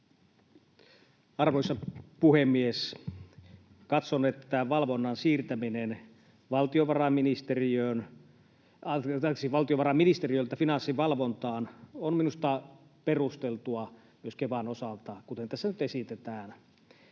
Arvoisa puhemies! Katson, että valvonnan siirtäminen valtiovarainministeriöltä Finanssivalvontaan on minusta perusteltu myös Kevan osalta, kuten tässä nyt esitetään.